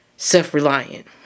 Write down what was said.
self-reliant